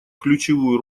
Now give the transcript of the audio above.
ключевую